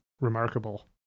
remarkable